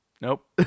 Nope